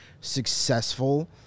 successful